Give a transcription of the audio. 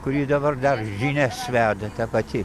kur ji dabar dar žinias veda ta pati